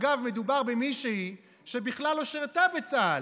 אגב, מדובר במישהי שבכלל לא שירתה בצה"ל,